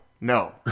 no